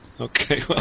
Okay